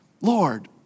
lord